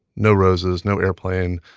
no roses, no airplane,